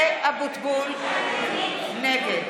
נגד